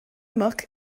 muc